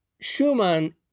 Schumann